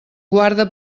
guarda